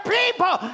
people